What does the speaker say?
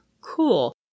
Cool